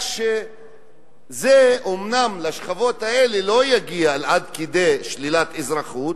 זה אומנם לשכבות האלה לא יגיע עד כדי שלילת אזרחות,